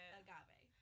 agave